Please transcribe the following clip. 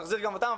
נחזיר גם אותם,